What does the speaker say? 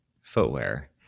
footwear